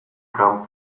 come